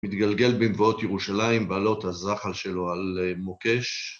מתגלגל במבואות ירושלים ועלות הזחל שלו על מוקש.